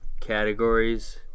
categories